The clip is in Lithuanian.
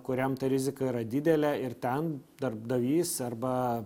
kuriam ta rizika yra didelė ir ten darbdavys arba